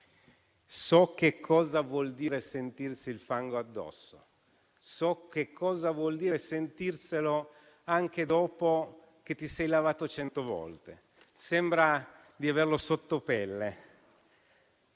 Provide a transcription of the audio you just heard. so che cosa vuol dire sentirsi il fango addosso. So che cosa vuol dire sentirselo anche dopo che ti sei lavato cento volte. Sembra di averlo sottopelle.